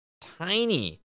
tiny